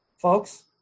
Folks